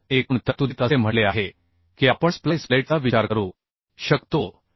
तर एकूण तरतुदीत असे म्हटले आहे की आपण स्प्लाइस प्लेटचा विचार करू शकतो